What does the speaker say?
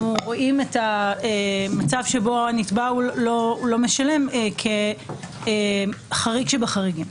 רואים את המצב שבו הנתבע לא משלם כחריג שבחריגים.